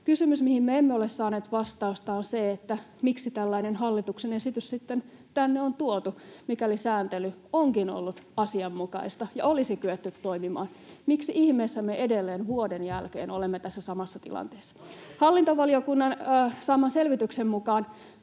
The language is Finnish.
Kysymys, mihin me emme ole saaneet vastausta, on se, että miksi tällainen hallituksen esitys sitten tänne on tuotu, mikäli sääntely onkin ollut asianmukaista ja olisi kyetty toimimaan. Miksi ihmeessä me edelleen vuoden jälkeen olemme tässä samassa tilanteessa? Hallintovaliokunnan saaman selvityksen mukaan